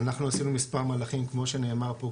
אנחנו עשינו מספר מהלכים כמו שנאמר פה,